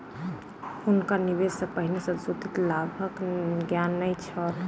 हुनका निवेश सॅ पहिने संशोधित लाभक ज्ञान नै छल